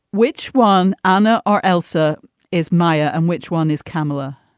which one, anna or elsa is maya and which one is carmela?